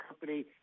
company –